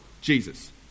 Jesus